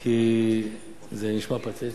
כי זה נשמע פתטי.